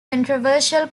controversial